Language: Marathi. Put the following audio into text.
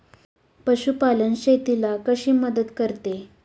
पशुपालन शेतीला कशी मदत करते?